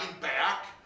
back